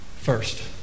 first